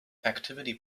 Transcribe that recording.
activity